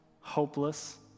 hopeless